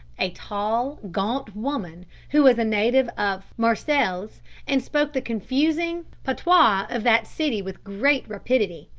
a tall, gaunt woman, who was a native of marseilles, and spoke the confusing patois of that city with great rapidity.